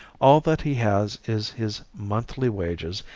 all that he has is his monthly wages,